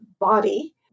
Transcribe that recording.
body